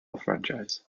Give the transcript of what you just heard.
franchise